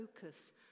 focus